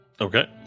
Okay